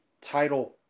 title